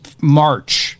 March